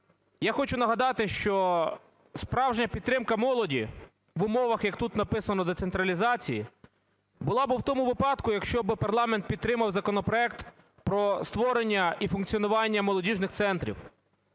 Я хочу нагадати, що справжня підтримка молоді в умовах, як тут написано, децентралізації була би в тому випадку, якщо би парламент підтримав законопроект про створення і функціонування молодіжних центрів.